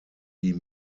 die